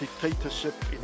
dictatorship